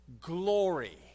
glory